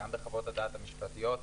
גם בחוות הדעת המשפטיות,